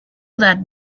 that